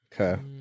Okay